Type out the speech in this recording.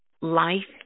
Life